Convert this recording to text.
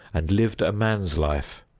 and lived a man's life.